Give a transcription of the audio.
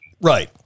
Right